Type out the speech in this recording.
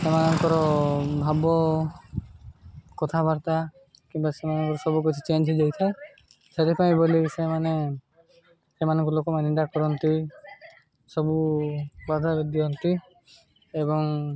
ସେମାନଙ୍କର ଭାବ କଥାବାର୍ତ୍ତା କିମ୍ବା ସେମାନଙ୍କର ସବୁକିଛି ଚେଞ୍ଜ ହେଇଯାଉ ଥାଏ ସେଥିପାଇଁ ବୋଲି ସେମାନେ ସେମାନଙ୍କୁ ଲୋକମାନେ ନିନ୍ଦା କରନ୍ତି ସବୁ ବାଧାରେ ଦିଅନ୍ତି ଏବଂ